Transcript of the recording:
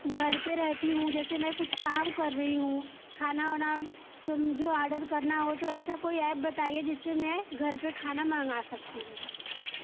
घर पे रहती हूँ जैसे मैं कुछ काम कर रही हूँ खाना वाना तो मुझे ऑर्डर करना हो तो ऐसा कोई ऐप्प बताइए जिससे मैं घर पर खाना मंगा सकती हूँ